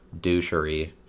douchery